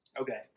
Okay